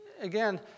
again